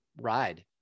ride